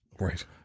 Right